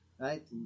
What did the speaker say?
Right